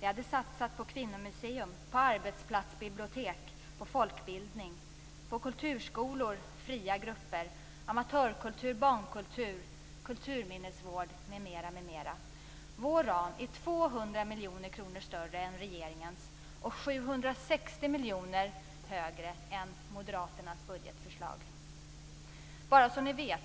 Vi hade satsat på kvinnomuseum, arbetsplatsbibliotek, folkbildning, kulturskolor, fria grupper, amatörkultur, barnkultur, kulturminnesvård, m.m. Vår ram är 200 miljoner kronor större än regeringens budgetförslag och 760 miljoner kronor större än Moderaternas budgetförslag. Jag vill säga det så att ni vet,